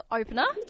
opener